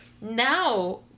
Now